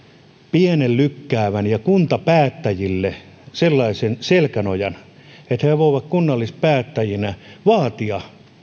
pienen lykkäävän ja kuntapäättäjille sellaisen selkänojan että he voivat kunnallispäättäjinä vaatia